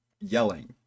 yelling